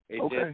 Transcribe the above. Okay